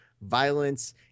violence